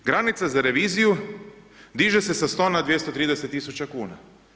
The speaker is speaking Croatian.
Granica za reviziju diže se sa 100 na 230 tisuća kuna.